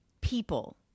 people